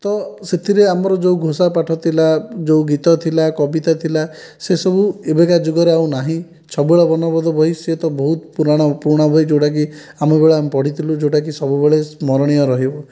ତ ସେଥିରେ ଯେଉଁ ଆମର ଘୋଷା ପାଠ ଥିଲା ଯେଉଁ ଗୀତ ଥିଲା କବିତା ଥିଲା ସେସବୁ ଏବେକା ଯୁଗରେ ଆଉ ନାହିଁ ଛବିଳ ବର୍ଣ୍ଣବୋଧ ବହି ସେତ ବହୁତ ପୁରୁଣା ବହି ଯେଉଁଟାକି ଆମ ବେଳେ ଆମେ ପଢ଼ିଥିଲୁ ଯେଉଁଟାକି ସବୁବେଳେ ସ୍ମରଣୀୟ ରହିବ